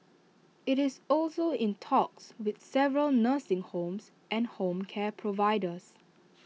IT is also in talks with several nursing homes and home care providers